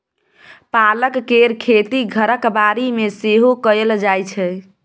पालक केर खेती घरक बाड़ी मे सेहो कएल जाइ छै